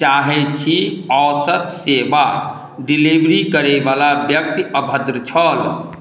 चाहै छी औसत सेबा डिलेवरी करै बला ब्यक्ति अभद्र छल